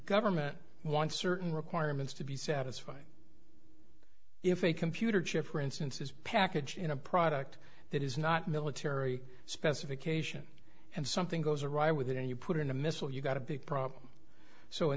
government wants certain requirements to be satisfied if a computer chip for instance is packaged in a product that is not military specification and something goes awry with it and you put in a missile you've got a big problem so in